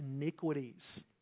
iniquities